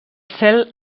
cel